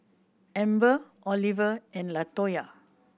Amber Oliver and Latoya